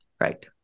Right